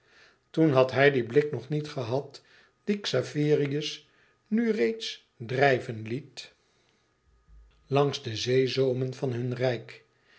toen had hij dien blik nog niet gehad dien xaverius nu reeds drijven liet langs de zeezoomen van hun rijk